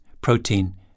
protein